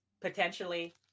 potentially